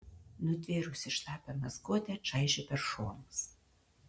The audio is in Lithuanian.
nutvėrusi šlapią mazgotę čaižė per šonus